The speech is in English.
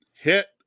hit